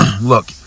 look